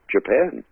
Japan